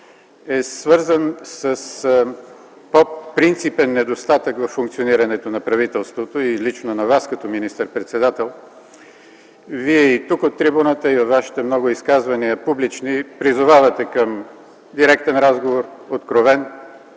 е свързан с по-принципен недостатък във функционирането на правителството и лично на Вас като министър-председател. Вие и тук от трибуната, и в многото Ваши публични изказвания призовавате към директен, откровен